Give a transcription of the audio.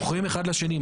מוכרים אחד לשני.